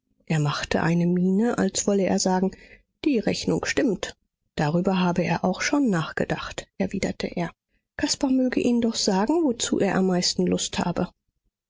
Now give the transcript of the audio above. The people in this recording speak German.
er machte eine miene als wolle er sagen die rechnung stimmt darüber habe er auch schon nachgedacht erwiderte er caspar möge ihm doch sagen wozu er am meisten lust habe